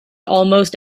almost